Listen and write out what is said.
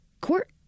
court